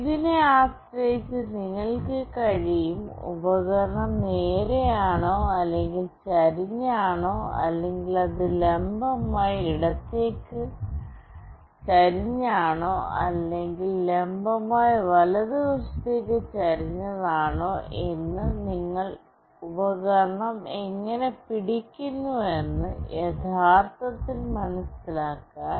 ഇതിനെ ആശ്രയിച്ച് നിങ്ങൾക്ക് കഴിയും ഉപകരണം നേരെയാണോ അല്ലെങ്കിൽ ചരിഞ്ഞതാണോ അല്ലെങ്കിൽ അത് ലംബമായി ഇടത്തേക്ക് ചരിഞ്ഞതാണോ അല്ലെങ്കിൽ ലംബമായി വലതുവശത്തേക്ക് ചരിഞ്ഞതാണോ എന്ന് നിങ്ങൾ ഉപകരണം എങ്ങനെ പിടിക്കുന്നുവെന്ന് യഥാർത്ഥത്തിൽ മനസിലാക്കാൻ